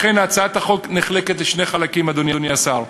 לכן, הצעת החוק נחלקת לשני חלקים, אדוני השר: